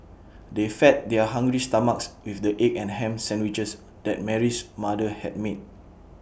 they fed their hungry stomachs with the egg and Ham Sandwiches that Mary's mother had made